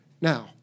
Now